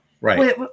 right